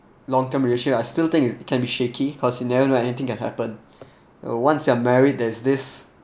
long term relationship I still think it can be shaky because you never know anything can happen uh once you're married there's this